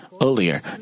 Earlier